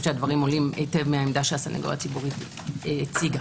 שהדברים עולים היטב מהעמדה שהסנגוריה הציבורית הציגה.